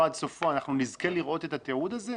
ועד סופו אנחנו נזכה לראות את התיעוד הזה?